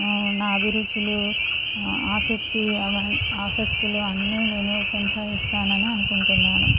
నా అభిరుచులు ఆసక్తి ఆసక్తులు అన్నీ నేను కొనసాగిస్తాను అని అనుకుంటున్నాను